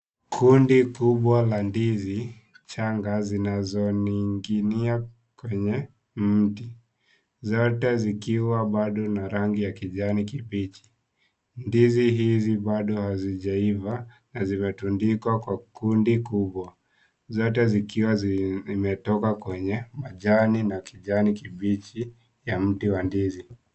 Kundi kubwa la ndizi changa zinazoninginia kwenye mti , zote zikiwa bado na rangi ya kijani kibichi. Ndizi hizi bado hazijaiva na zimetundikwa kwa kundi kubwa. Zote zikiwa zimetoka kwenye majani na kijani kibichi ya mti wa ndizi.